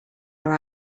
our